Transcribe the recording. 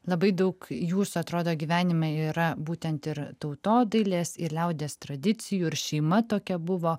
labai daug jūsų atrodo gyvenime yra būtent ir tautodailės ir liaudies tradicijų ir šeima tokia buvo